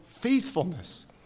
faithfulness